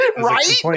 Right